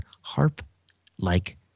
harp-like